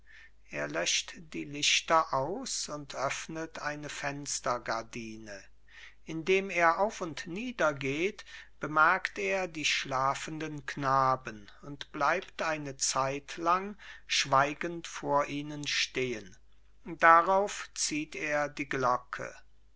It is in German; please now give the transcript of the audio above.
er löscht die lichter aus und öffnet eine fenstergardine indem er auf und nieder geht bemerkt er die schlafenden knaben und bleibt eine zeitlang schweigend vor ihnen stehen darauf zieht er die glocke